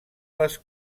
les